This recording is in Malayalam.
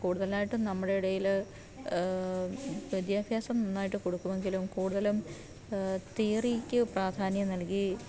കൂടുതലായിട്ടും നമ്മുടെ ഇടയില് വിദ്യാഭ്യാസം നന്നായിട്ട് കൊടുക്കുമെങ്കിലും കൂടുതലും തിയറിക്ക് പ്രാധാന്യം നൽകി